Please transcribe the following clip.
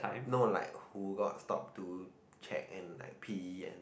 no like who got stalk to check and like Pee and